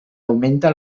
augmenta